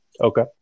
Okay